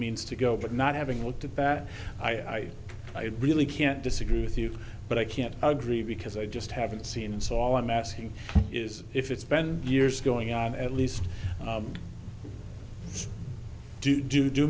means to go but not having with the bat i really can't disagree with you but i can't agree because i just haven't seen it so all i'm asking is if it's been years going on at least do do do